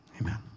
amen